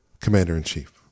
commander-in-chief